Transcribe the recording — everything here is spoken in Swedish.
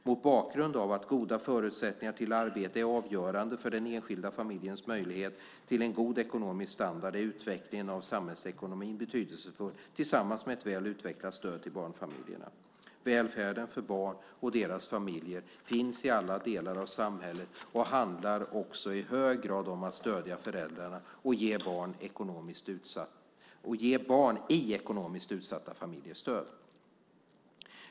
Mot bakgrund av att goda förutsättningar för arbete är avgörande för den enskilda familjens möjlighet till en god ekonomisk standard är utvecklingen av samhällsekonomin betydelsefull tillsammans med ett väl utvecklat stöd till barnfamiljerna. Välfärden för barn och deras familjer finns i alla delar av samhället och handlar också i hög grad om att stödja föräldrarna och ge barn i ekonomiskt utsatta familjer stöd.